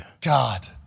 God